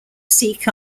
sikh